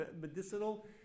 medicinal